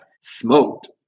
smoked